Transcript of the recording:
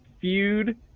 Feud